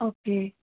okay